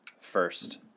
first